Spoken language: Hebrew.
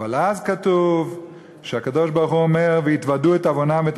אבל אז כתוב שהקדוש-ברוך-הוא אומר: "והתוודו את עונם ואת